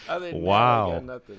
Wow